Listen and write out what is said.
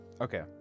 okay